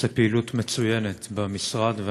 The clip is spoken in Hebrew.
עושה פעילות מצוינת במשרד,